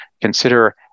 consider